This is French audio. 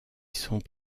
sont